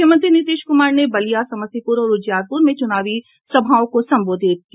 मुख्यमंत्री नीतीश कुमार ने बलिया समस्तीपुर और उजियारपुर में चुनावी सभाओं को संबोधित किया